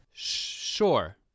Sure